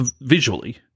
Visually